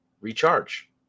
recharge